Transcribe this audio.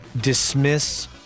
dismiss